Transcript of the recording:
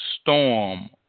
storm